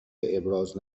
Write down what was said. ابراز